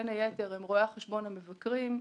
בין היתר רואי החשבון המבקרים,